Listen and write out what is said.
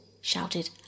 shouted